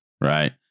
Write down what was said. Right